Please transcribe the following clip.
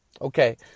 Okay